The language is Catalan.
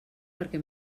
perquè